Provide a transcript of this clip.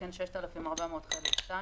תקן 6452